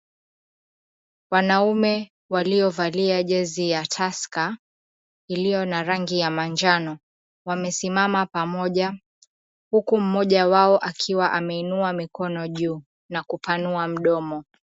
Wanaume waliovalia jezi ya tusker iliyo na rangi ya mnajano. Wamesimama pamoja, huku mmoja wao akiwa ameinua mikono juu na kupoanua mdomo.